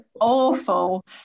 awful